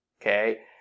okay